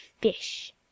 fish